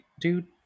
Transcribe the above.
dude